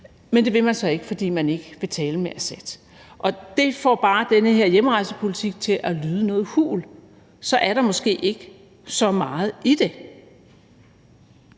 men det vil man så ikke, fordi man ikke vil tale med Bashar al-Assad, og det får bare den her hjemrejsepolitik til at lyde noget hul; så er der måske ikke så meget i det.